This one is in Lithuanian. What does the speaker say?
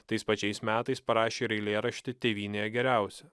tais pačiais metais parašė ir eilėraštį tėvynėje geriausia